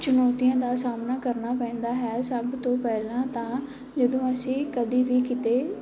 ਚੁਣੋਤੀਆਂ ਦਾ ਸਾਹਮਣਾ ਕਰਨਾ ਪੈਂਦਾ ਹੈ ਸਭ ਤੋਂ ਪਹਿਲਾਂ ਤਾਂ ਜਦੋਂ ਅਸੀਂ ਕਦੀ ਵੀ ਕਿਤੇ